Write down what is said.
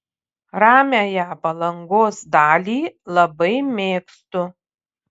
ramiąją palangos dalį labai mėgstu